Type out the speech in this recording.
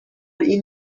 این